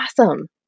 awesome